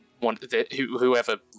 whoever